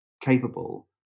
capable